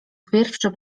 pierwszy